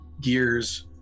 gears